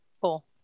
Cool